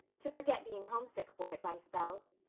to forget being homesick for it by spells.